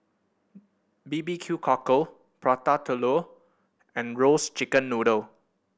B B Q Cockle Prata Telur and roast chicken noodle